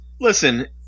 listen